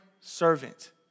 servant